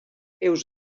heus